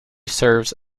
serves